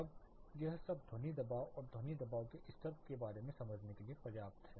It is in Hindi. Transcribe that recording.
अब यह सब ध्वनि दबाव और ध्वनि दबाव के स्तर के बारे में समझने के लिए पर्याप्त है